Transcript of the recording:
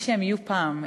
מי שהם יהיו פעם?